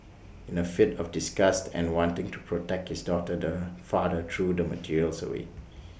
in A fit of disgust and wanting to protect his daughter the father threw the materials away